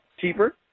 cheaper